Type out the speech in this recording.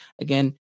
Again